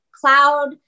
Cloud